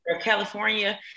California